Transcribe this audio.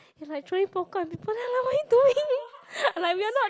it's like throwing popcorn what you doing I'm like we are not